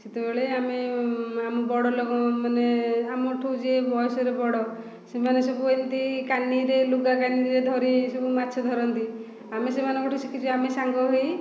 ସେତେବେଳେ ଆମେ ଆମ ବଡ଼ ଲୋକମାନେ ଆମଠୁ ଯିଏ ବୟସରେ ବଡ଼ ସେମାନେ ସବୁ ଏମିତି କାନିରେ ଲୁଗା କାନିରେ ଧରି ସବୁ ମାଛ ଧରନ୍ତି ଆମେ ସେମାନଙ୍କଠୁ ଶିଖିଛୁ ଆମେ ସାଙ୍ଗ ହୋଇ